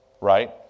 right